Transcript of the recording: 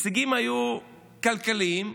הישגים כלכליים,